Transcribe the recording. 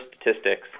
statistics